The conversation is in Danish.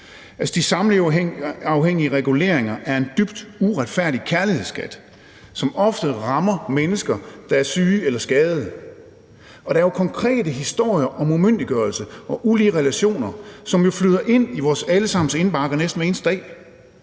De samleverafhængige reguleringer er en dybt uretfærdig kærlighedsskat, som ofte rammer mennesker, som er syge eller skadede, og der er jo konkrete historier om umyndiggørelse og ulige relationer, som flyder ind i vores alle sammens indbakker næsten hver eneste dag.